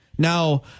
Now